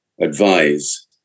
advise